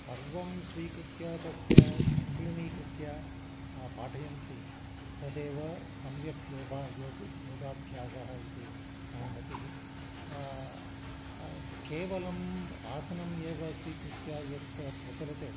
सर्वं स्वीकृत्य तस्य सङ्कलनं कृत्य पाठयन्ति तदेव सम्यक् योगः योगः योगाभ्यासः इति मम मतिः केवलम् आसनम् एव स्वीकृत्य यत् प्रचलते